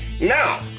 Now